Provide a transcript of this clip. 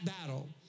battle